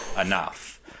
enough